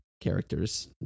characters